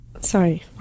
sorry